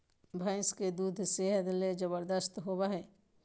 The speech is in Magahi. भैंस के दूध सेहत ले जबरदस्त होबय हइ